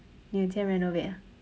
你有钱 renovate ah